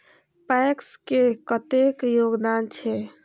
PACS के कतेक योगदान छै?